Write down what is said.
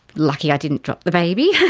lucky i didn't drop the baby. yeah